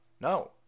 No